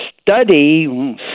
study